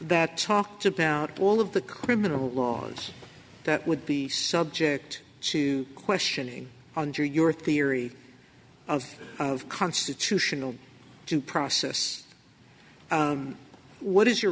that talked about all of the criminal laws that would be subject to questioning on your your theory of constitutional due process what is your